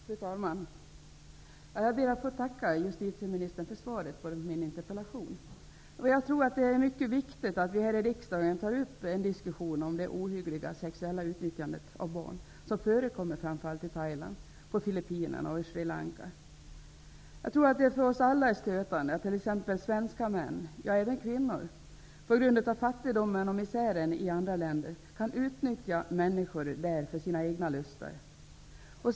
Fru talman! Jag ber att få tacka justitieministern för svaret på min interpellation. Jag tror att det är mycket viktigt att vi här i riksdagen tar upp en diskussion om det ohyggliga sexuella utnyttjande av barn som förekommer framför allt i Thailand, på Filippinerna och Sri Det är för oss alla stötande att t.ex. svenska män -- ja, även kvinnor -- på grund av fattigdomen och misären i andra länder kan utnyttja människor där för sina egna lustar.